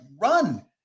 run